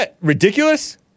ridiculous